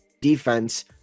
defense